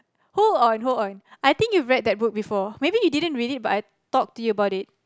hold on hold on I think you read that book before maybe you didn't read it but I talked to you about it